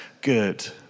good